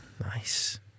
Nice